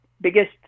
biggest